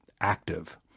active